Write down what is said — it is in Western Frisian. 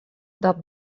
dat